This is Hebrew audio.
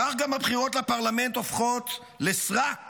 כך גם הבחירות לפרלמנט הופכות לסרק